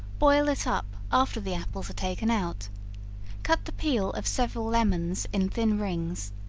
boil it up after the apples are taken out cut the peel of several lemons in thin rings,